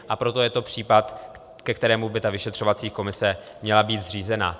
A proto je to případ, ke kterému by vyšetřovací komise měla být zřízena.